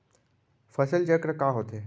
फसल चक्र का होथे?